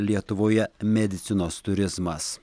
lietuvoje medicinos turizmas